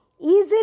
easily